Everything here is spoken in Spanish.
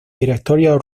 directorio